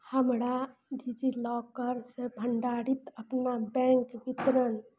हमरा डीजीलौकर से भण्डारित अपना बैंक वितरण